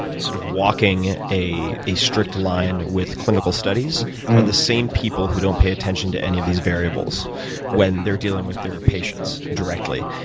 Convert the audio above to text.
ah sort of walking a a strict line with clinical studies are the same people who don't pay attention to any of these variables when they're dealing with their patients directly.